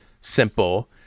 simple